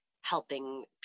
helping